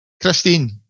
christine